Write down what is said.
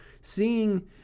seeing